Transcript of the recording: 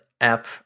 App